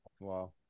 Wow